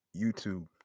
YouTube